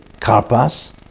Karpas